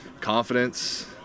confidence